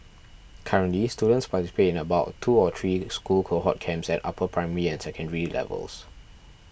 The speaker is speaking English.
currently students participate in about two or three school cohort camps at upper primary and secondary levels